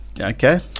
Okay